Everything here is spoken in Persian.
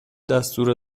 دستور